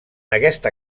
aquesta